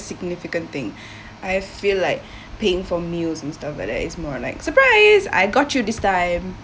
significant thing I feel like paying for meals and stuff like that is more like surprise I got you this time